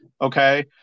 okay